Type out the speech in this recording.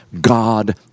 God